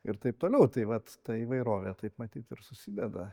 ir taip toliau tai vat ta įvairovė taip matyt ir susideda